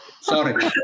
Sorry